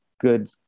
good